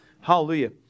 Hallelujah